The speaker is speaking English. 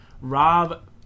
Rob